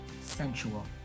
sensual